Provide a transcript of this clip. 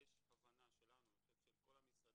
יש הערה אחת שנוגעת